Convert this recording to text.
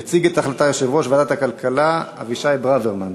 יציג את ההחלטה יושב-ראש ועדת הכלכלה אבישי ברוורמן.